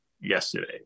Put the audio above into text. yesterday